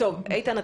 איתן,